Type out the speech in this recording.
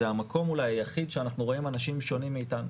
זה המקום אולי היחיד שאנחנו רואים אנשים שונים מאיתנו,